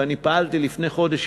ואני פעלתי לפני חודש,